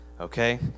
Okay